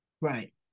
Right